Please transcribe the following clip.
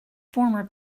former